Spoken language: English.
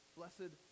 Blessed